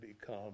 become